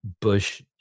bush